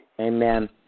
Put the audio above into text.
Amen